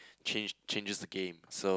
change changes the game